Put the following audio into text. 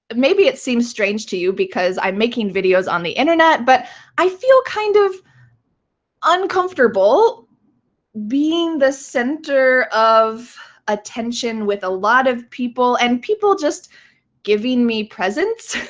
maybe it seems strange to you because i'm making videos on the internet, but i feel kind of uncomfortable being the center of attention with a lot of people and people just giving me presents.